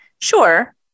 sure